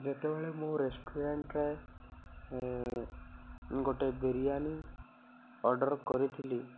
ଯେତେବେଳେ ମୁଁ ରେଷ୍ଟୁରାଣ୍ଟ୍ରେ ଗୋଟେ ବିରିୟାନୀ ଅର୍ଡ଼ର୍ କରିଥିଲି